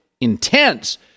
intense